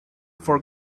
for